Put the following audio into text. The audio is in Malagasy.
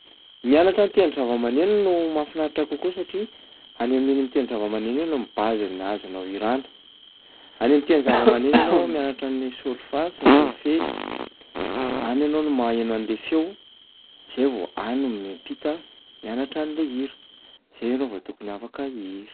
Mianatra mitendry zava-maneno no mahafinaritra ahy kokoa satria any amin'iny mitendry zava-maneno iny no base-n'ny azonao ihirana. Any am'mitendry zava-maneno ianao mianatra ny solfa sy ny solfezy, any ianao no maheno an'lay feo zay vao any no miampita hianatra an'lay hira, zay ianao vao tokony afaka hihira.